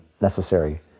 necessary